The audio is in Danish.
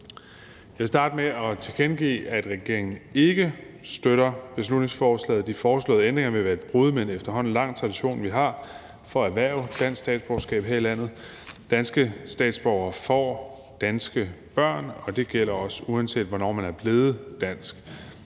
Jeg vil starte med at tilkendegive, at regeringen ikke støtter beslutningsforslaget. De foreslåede ændringer vil være et brud med en efterhånden lang tradition, vi har, for at erhverve dansk statsborgerskab her i landet. Danske statsborgere får danske børn, og det gælder også, uanset hvornår man er blevet dansk.